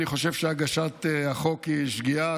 אני חושב שהגשת החוק היא שגיאה.